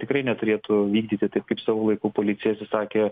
tikrai neturėtų vykdyti taip kaip savo laiku policija atsisakė